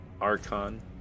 Archon